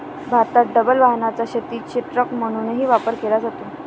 भारतात डबल वाहनाचा शेतीचे ट्रक म्हणूनही वापर केला जातो